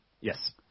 Yes